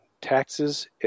taxes